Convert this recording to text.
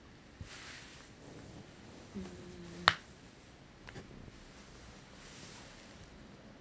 mm